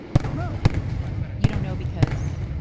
i don't know you don't know because.